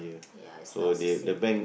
ya it's not the same